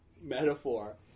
metaphor